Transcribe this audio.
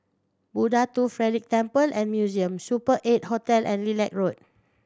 Buddha Tooth Relic Temple and Museum Super Eight Hotel and Lilac Road